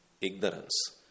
ignorance